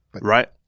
right